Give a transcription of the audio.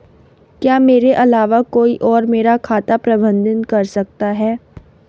क्या मेरे अलावा कोई और मेरा खाता प्रबंधित कर सकता है?